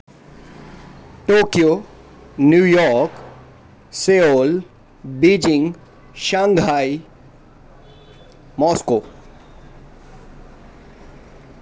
Tokyo New York Seoul Beijing Shanghai Moscow